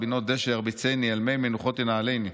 בנאות דשא ירביצני, על מי מנחות ינהלני.